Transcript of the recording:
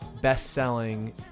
best-selling